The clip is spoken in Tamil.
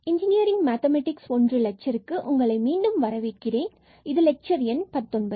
இன்ஜினியரிங் மேத்தமேட்டிக்ஸ் 1 லெட்சருக்கு உங்களை மீண்டும் வரவேற்கிறேன் மற்றும் இது லெக்சர் எண் 19